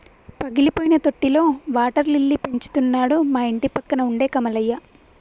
పగిలిపోయిన తొట్టిలో water lily పెంచుతున్నాడు మా ఇంటిపక్కన ఉండే కమలయ్య